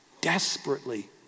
desperately